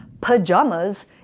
pajamas